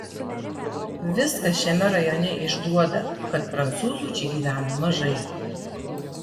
viskas šiame rajone išduoda kad prancūzų čia gyvena mažai